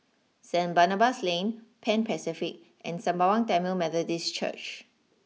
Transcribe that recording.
Saint Barnabas Lane Pan Pacific and Sembawang Tamil Methodist Church